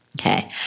Okay